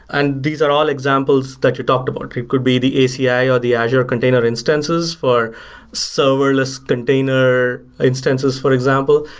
and these are all examples that you talked about. it could be the aci, or the azure container instances for serverless container instances, for example,